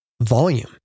Volume